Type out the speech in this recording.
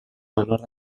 menor